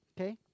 okay